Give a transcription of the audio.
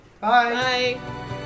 Bye